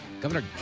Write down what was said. Governor